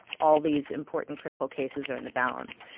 all these important critical cases are in the balance.